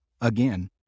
again